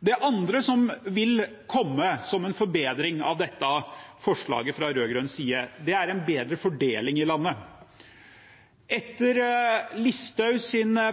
Det andre som vil komme som en forbedring med forslaget fra rød-grønn side, er en bedre fordeling i landet. Etter Sylvi Listhaugs